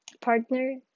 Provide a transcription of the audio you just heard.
partner